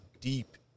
deep